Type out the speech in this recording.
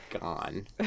gone